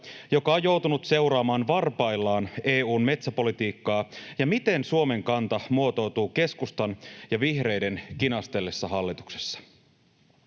joka on joutunut seuraamaan varpaillaan EU:n metsäpolitiikkaa ja sitä, miten Suomen kanta muotoutuu keskustan ja vihreiden kinastellessa hallituksessa.